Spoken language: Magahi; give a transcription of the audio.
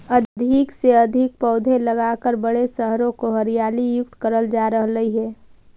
अधिक से अधिक पौधे लगाकर बड़े शहरों को हरियाली युक्त करल जा रहलइ हे